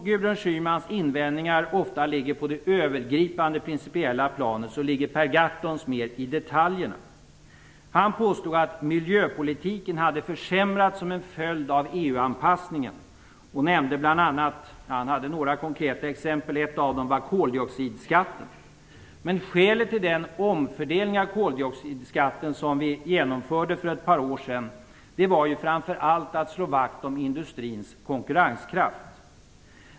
Gudrun Schymans invändningar ligger ofta på det övergripande principiella planet medan Per Gahrton tittar mer på detaljerna. Han påstod att miljöpolitiken hade försämrats som en följd av EU-anpassningen. Han nämnde några konkreta exempel. Ett av dem rörde koldioxidskatten. Skälet till att vi genomförde en omfördelning av koldioxidskatten för ett par år sedan var framför allt att vi ville slå vakt om industrins konkurrenskraft.